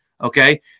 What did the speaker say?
Okay